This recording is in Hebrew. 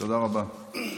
תודה רבה.